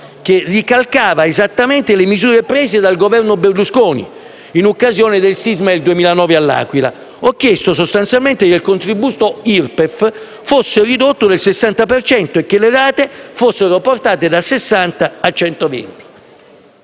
che ricalcava esattamente le misure prese dal Governo Berlusconi in occasione del sisma del 2009 a L'Aquila. Ho chiesto sostanzialmente che il contributo IRPEF fosse ridotto del 60 per cento e che le rate fossero portate da 60 a 120: